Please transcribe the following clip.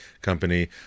company